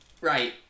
Right